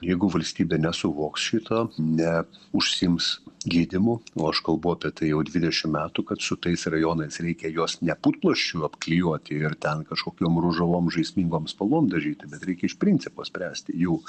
jeigu valstybė nesuvoks šito ne užsiims gydymu o aš kalbu apie tai jau dvidešim metų kad su tais rajonais reikia juos ne putplasčiu apklijuoti ir te kažkokiom rūžavom žaismingom spalvom dažyti bet reikia iš principo spręsti jų